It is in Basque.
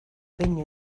behin